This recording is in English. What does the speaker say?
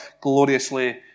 gloriously